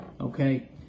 Okay